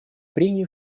прений